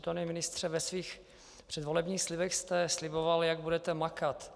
Pane nepřítomný ministře, ve svých předvolebních slibech jste sliboval, jak budete makat.